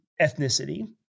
ethnicity